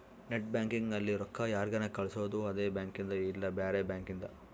net banking ಅಲ್ಲಿ ರೊಕ್ಕ ಯಾರ್ಗನ ಕಳ್ಸೊದು ಅದೆ ಬ್ಯಾಂಕಿಂದ್ ಇಲ್ಲ ಬ್ಯಾರೆ ಬ್ಯಾಂಕಿಂದ್